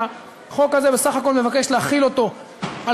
והחוק הזה בסך הכול מבקש להחיל אותו על